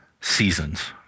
seasons